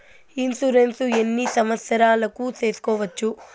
Insurance ఎన్ని సంవత్సరాలకు సేసుకోవచ్చు?